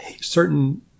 certain